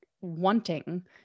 wanting